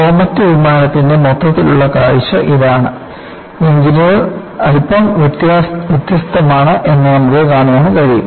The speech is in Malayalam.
കോമറ്റ് വിമാനത്തിന്റെ മൊത്തത്തിലുള്ള കാഴ്ച ഇതാണ് എഞ്ചിനുകൾ അല്പം വ്യത്യസ്തമാണ് എന്ന് നമുക്ക് കാണാൻ കഴിയും